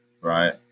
right